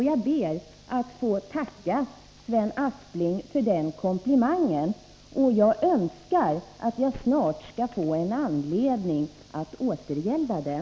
Jag ber att få tacka Sven Aspling för den komplimangen, och jag önskar att jag snart skall få anledning att återgälda den.